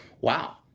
wow